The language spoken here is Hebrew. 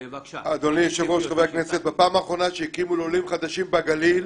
בפעם האחרונה שהקימו לולים חדשים בגליל,